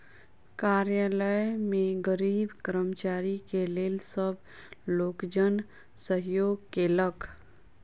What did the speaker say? कार्यालय में गरीब कर्मचारी के लेल सब लोकजन सहयोग केलक